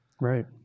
Right